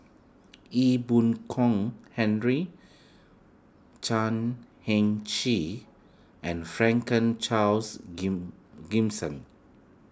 Ee Boon Kong Henry Chan Heng Chee and Franklin Charles Gimson